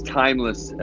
timeless